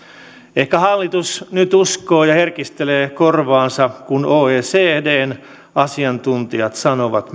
ehkä hallitus nyt uskoo ja herkistelee korvaansa kun myös oecdn asiantuntijat sanovat